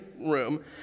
room